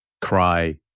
cry